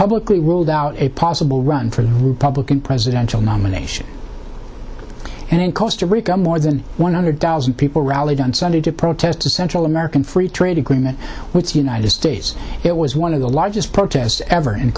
publicly ruled out a possible run for the republican presidential nomination and in costa rica more than one hundred thousand people rallied on sunday to protest the central american free trade agreement with the united states it was one of the largest protests ever in